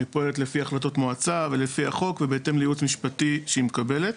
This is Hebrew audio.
היא פועלת לפי החלטות מועצה ולפי החוק ובהתאם לייעוץ משפטי שהיא מקבלת.